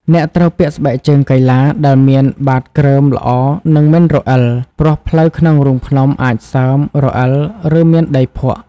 អ្នកត្រូវពាក់ស្បែកជើងកីឡា ដែលមានបាតគ្រើមល្អនិងមិនរអិល ព្រោះផ្លូវក្នុងរូងភ្នំអាចសើម រអិល ឬមានដីភក់។